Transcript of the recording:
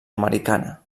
americana